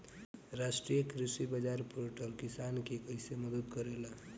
राष्ट्रीय कृषि बाजार पोर्टल किसान के कइसे मदद करेला?